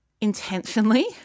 intentionally